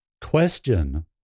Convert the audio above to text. Question